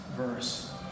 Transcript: verse